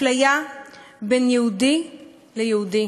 אפליה בין יהודי ליהודי,